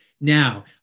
Now